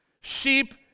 Sheep